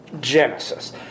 Genesis